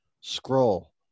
scroll